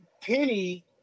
Penny